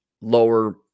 lower